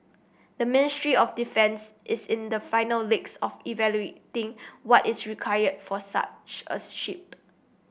the Ministry of Defence is in the final legs of evaluating what is required for such a ship